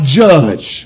judge